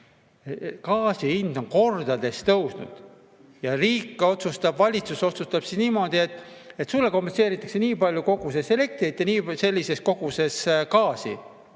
Gaasi hind on kordades tõusnud ja riik, valitsus otsustab niimoodi, et sulle kompenseeritakse nii palju elektrit ja sellises koguses gaasi.